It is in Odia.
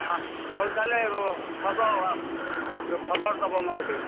ହଁ ହଉ ତାହେଲେ ହେବ ଖବର ଦେବ ମୋ କତିକି